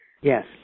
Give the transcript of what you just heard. Yes